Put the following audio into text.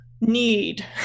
need